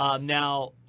Now